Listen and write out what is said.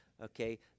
Okay